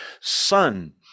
son